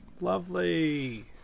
Lovely